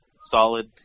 solid